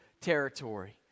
territory